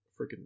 freaking